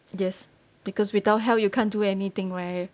yes because without health you can't do anything right